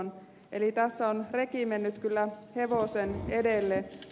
tässä on reki mennyt kyllä hevosen edelle